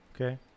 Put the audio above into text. Okay